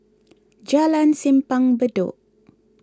Jalan Simpang Bedok